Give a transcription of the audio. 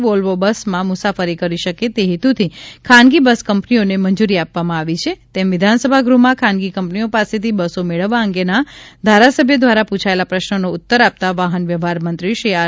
Volvo બસમાં મુસાફરી કરી શકે તે હેતુથી ખાનગી બસ કંપનીઓને મંજૂરી આપવામાં આવી છે તેમ વિધાનસભા ગૃહમાં ખાનગી કંપનીઓ પાસેથી બસો મેળવવા અંગેના ધારાસભ્ય દ્વારા પૂછાયેલા પ્રશ્નનો ઉત્તર આપતાં વાહન વ્યવહાર મંત્રી શ્રી આર